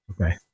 Okay